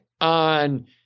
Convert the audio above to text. on